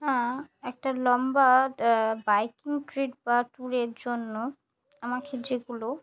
হ্যাঁ একটা লম্বা বাইকিং ট্রিপ বা ট্যুরের জন্য আমাকে যেগুলো